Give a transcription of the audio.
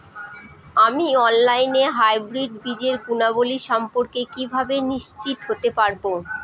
আমি অনলাইনে হাইব্রিড বীজের গুণাবলী সম্পর্কে কিভাবে নিশ্চিত হতে পারব?